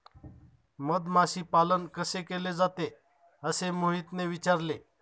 मधमाशी पालन कसे केले जाते? असे मोहितने विचारले